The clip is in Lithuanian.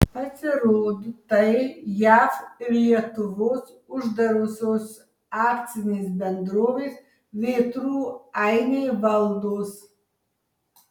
pasirodo tai jav ir lietuvos uždarosios akcinės bendrovės vėtrų ainiai valdos